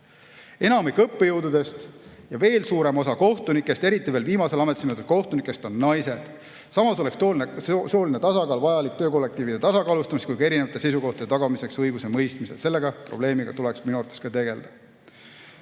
Enamik õppejõududest ja veel suurem osa kohtunikest, eriti viimasel ajal ametisse määratud kohtunikest, on naised. Samas oleks sooline tasakaal vajalik nii töökollektiivide tasakaalustamiseks kui ka erinevate seisukohtade tagamiseks õigusemõistmisel. Selle probleemiga tuleks minu arvates ka tegeleda.